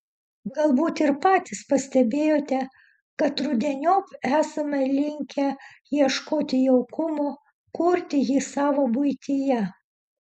galbūt ir patys pastebėjote kad rudeniop esame linkę ieškoti jaukumo kurti jį savo buityje